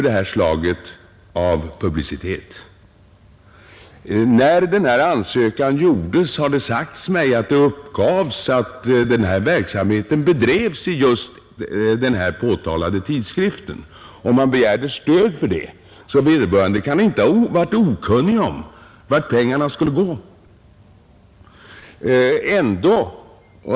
Det har sagts mig att när ansökan gjordes uppgavs det att den här verksamheten bedrevs i den omtalade tidskriften och att stöd begärdes för att trygga dess fortsättning. Vederbörande kan alltså inte ha varit okunniga om vart pengarna skulle gå.